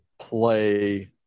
play